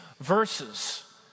verses